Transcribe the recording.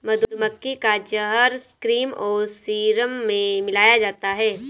मधुमक्खी का जहर क्रीम और सीरम में मिलाया जाता है